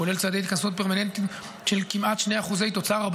שכולל צעדי התכנסות פרמננטיים של כמעט 2% תוצר,